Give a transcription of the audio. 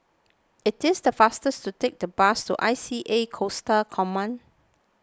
it is the faster to take the bus to I C A Coastal Command